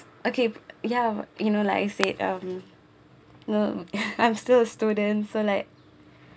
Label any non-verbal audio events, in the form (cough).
okay ya you know like I said um no (laughs) I'm still a student for like